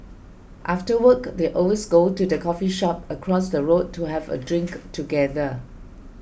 after work they always go to the coffee shop across the road to have a drink together